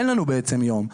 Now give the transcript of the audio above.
אין לנו בעצם יום,